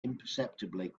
imperceptibly